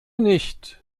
nicht